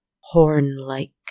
horn-like